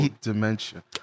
dementia